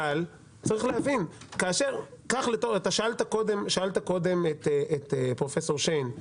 אבל צריך להבין כאשר אתה שאלת קודם את פרופסור שיין,